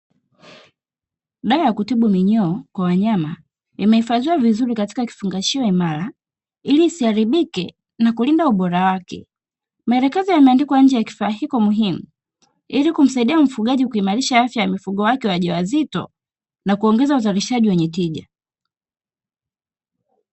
Dawa ya kutibu minyoo kwa wanyama imehifadhiwa vizuri katika kifungashio imara ili isiharibike na kulinda ubora wake, maelekezo yameandikwa nje ya kifaa hiko muhimu ili kumsaidia mfugaji kuimarisha afya ya mifugo wake wajawazito na kuongeza uzalishaji wenye tija.